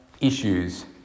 issues